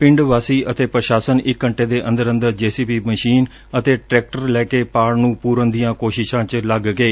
ਪਿੰਡ ਵਾਸੀ ਅਤੇ ਪ੍ਸ਼ਾਸਨ ਇਕ ਘੰਟੇ ਦੇ ਅੰਦਰ ਅੰਦਰ ਜੇਸੀਬੀ ਮਸ਼ੀਨ ਅਤੇ ਟਰੈਕਟਰ ਲੈ ਕੇ ਪਾਤ ਨੂੰ ਪੂਰਨ ਦੀਆਂ ਕੋਸ਼ਿਸ਼ਾਂ ਚ ਲੱਗ ਗਏ